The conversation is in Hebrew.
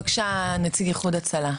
בבקשה, נציג איחוד הצלה.